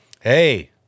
Hey